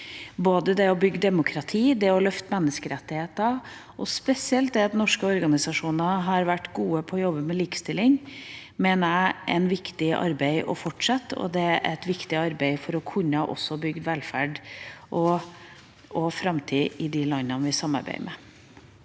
Både å bygge demokrati, å løfte fram menneskerettigheter, og spesielt at norske organisasjoner har vært gode på å jobbe med likestilling, mener jeg er et viktig arbeid å fortsette. Det er også et viktig arbeid for å kunne bygge velferd og framtid i de landene som vi samarbeider med.